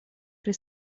при